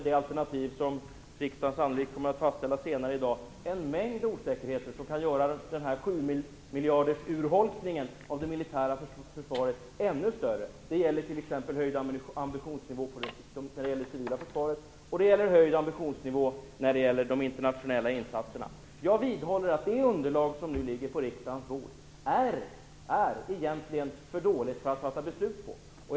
Det alternativ som riksdagen sannolikt kommer att fastställa senare i dag innehåller dessutom en mängd osäkerheter, som kan göra 7-miljardersurholkningen av det militära försvaret ännu större. Det gäller t.ex. en höjd ambitionsnivå i fråga om det civila försvaret, och det gäller en höjd ambitionsnivå i fråga om de internationella insatserna. Jag vidhåller att det underlag som nu ligger på riksdagens bord egentligen är för dåligt att fatta beslut på.